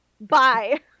Bye